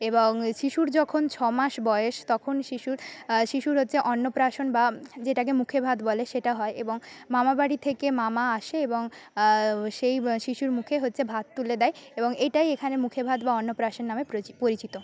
এবং শিশুর যখন ছ মাস বয়েস তখন শিশুর আ শিশুর হচ্ছে অন্নপ্রাশন বা যেটাকে মুখেভাত বলে সেটা হয় এবং মামাবাড়ি থেকে মামা আসে এবং আ সেই শিশুর মুখে হচ্ছে ভাত তুলে দেয় এবং এটাই এখানে মুখেভাত বা অন্নপ্রাশন নামে প্রচি পরিচিত